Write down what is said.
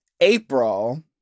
April